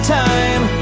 time